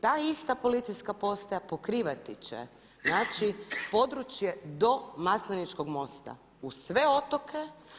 Ta ista policijska postaja pokrivati će znači područje do Masleničkog mosta, uz sve otoke.